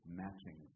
matching